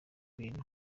bintu